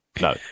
No